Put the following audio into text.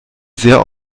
sehr